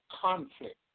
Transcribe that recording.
conflict